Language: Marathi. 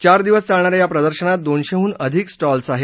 चार दिवस चालणाऱ्या या प्रदर्शनात दोनशेहून अधिक स्थॉल्स आहेत